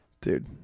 Dude